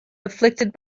afflicted